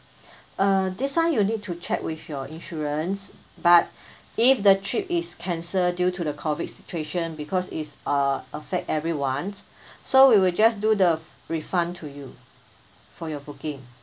uh this one you need to check with your insurance but if the trip is cancelled due to the COVID situation because it's uh affect everyone so we will just do the refund to you for your booking